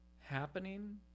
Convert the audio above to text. happening